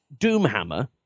Doomhammer